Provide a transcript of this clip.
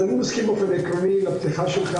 אז אני מסכים באופן עקרוני לפתיחה שלך.